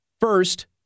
First